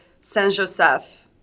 Saint-Joseph